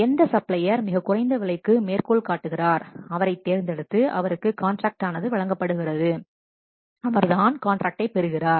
எந்த சப்ளையர் மிகக் குறைந்த விலைக்கு மேற்கோள் காட்டுகிறாரோ அவரை தேர்ந்தெடுத்து அவருக்கு கான்ட்ராக்ட் ஆனது வழங்கப்படுகிறது அவர் தான் காண்ட்ராக்டை பெறுகிறார்